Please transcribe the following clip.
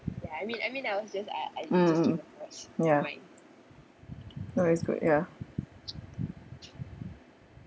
mm mm mm ya oh is good ya